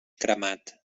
cremat